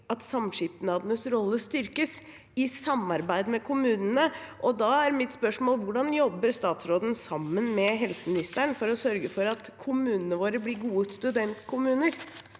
at samskipnadenes rolle styrkes i samarbeid med kommunene. Da er mitt spørsmål: Hvordan jobber statsråden sammen med helseministeren for å sørge for at kommunene våre blir gode studentkommuner